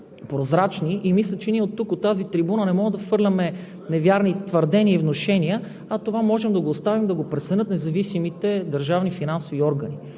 прозрачни, и мисля, че ние оттук, от тази трибуна, не може да хвърляме неверни твърдения и внушения, а това може да го оставим да го преценят независимите държавни финансови органи.